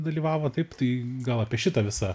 dalyvavo taip tai gal apie šitą visą